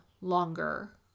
longer